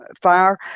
fire